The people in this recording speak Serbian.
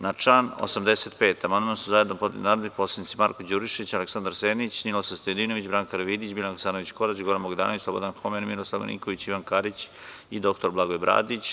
Na član 85. amandman su zajedno podneli narodni poslanici Marko Đurišić, Aleksandar Senić, Ninoslav Stojadinović, Branka Karavidić, Biljana Hasanović Korać, Goran Bogdanović, Slobodan Homen, Miroslav Marinković, Ivan Karić i dr Blagoje Bradić.